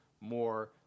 more